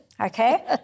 Okay